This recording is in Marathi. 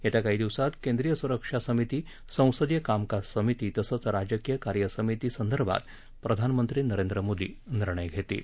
येत्या काही दिवसात केंद्रीय सुरक्षा समिती संसदिय कामकाज समिती तसंच राजकीय कार्य समिती संदर्भात प्रधानमंत्री नरेंद्र मोदी निर्णय घेतील